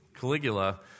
Caligula